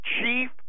chief